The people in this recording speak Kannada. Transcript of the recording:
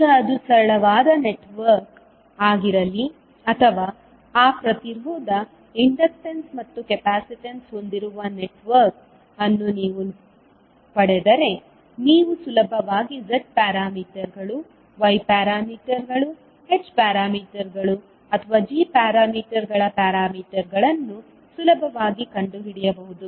ಈಗ ಅದು ಸರಳವಾದ ನೆಟ್ವರ್ಕ್ ಆಗಿರಲಿ ಅಥವಾ ಆ ಪ್ರತಿರೋಧ ಇಂಡಕ್ಟನ್ಸ್ ಮತ್ತು ಕೆಪಾಸಿಟನ್ಸ್ ಹೊಂದಿರುವ ನೆಟ್ವರ್ಕ್ ಅನ್ನು ನೀವು ಪಡೆದರೆ ನೀವು ಸುಲಭವಾಗಿ z ಪ್ಯಾರಾಮೀಟರ್ಗಳು y ಪ್ಯಾರಾಮೀಟರ್ಗಳು h ಪ್ಯಾರಾಮೀಟರ್ಗಳು ಅಥವಾ g ಪ್ಯಾರಾಮೀಟರ್ಗಳ ಪ್ಯಾರಾಮೀಟರ್ಗಳನ್ನು ಸುಲಭವಾಗಿ ಕಂಡುಹಿಡಿಯಬಹುದು